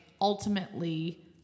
ultimately